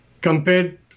compared